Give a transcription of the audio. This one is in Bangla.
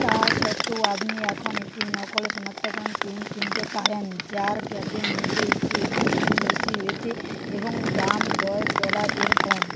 তা সত্ত্বেও আপনি এখন একটি নকল শনাক্তকরণ পেন কিনতে পারেন যার ক্যাপের মধ্যে একটি অতিবেগুনি রশ্মি রয়েছে এবং দাম দশ ডলারের কম